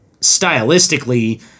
stylistically